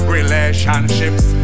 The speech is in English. Relationships